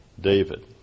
David